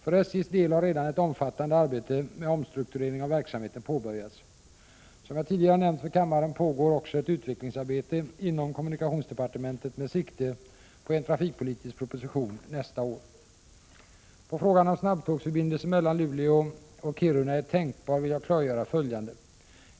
För SJ:s del har redan ett omfattande arbete med omstrukturering av verksamheten påbörjats. Som jag tidigare nämnt för kammaren pågår också ett utvecklingsarbete inom kommunikationsdepartementet med sikte på en trafikpolitisk proposition nästa år. På frågan om en snabbtågsförbindelse mellan Luleå och Kiruna är tänkbar vill jag klargöra följande.